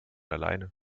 alleine